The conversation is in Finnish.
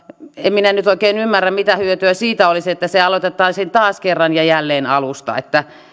en minä nyt oikein ymmärrä mitä hyötyä siitä olisi että se aloitettaisiin taas kerran ja jälleen alusta